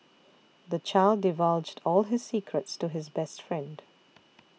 the child divulged all his secrets to his best friend